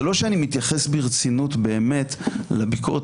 זה לא שאני מתייחס ברצינות באמת לביקורת